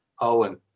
Owen